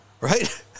right